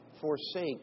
forsake